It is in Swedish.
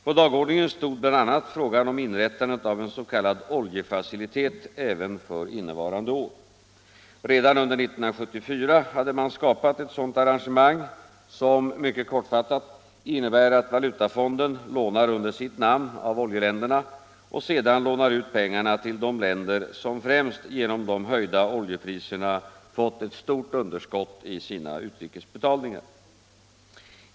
På dagordningen stod bl.a. frågan om inrättandet av en s.k. oljefacilitet även för innevarande år. Redan under 1974 hade man skapat ett sådant arrangemang som, mycket kortfattat, innebär att valutafonden lånar under sitt namn av oljeländerna och sedan lånar ut pengarna till de länder som främst genom de höjda oljepriserna fått ett stort underskott i sina utrikesbetalningar.